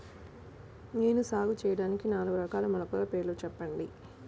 నేను సాగు చేయటానికి నాలుగు రకాల మొలకల పేర్లు చెప్పండి?